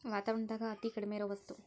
ವಾತಾವರಣದಾಗ ಅತೇ ಕಡಮಿ ಇರು ವಸ್ತು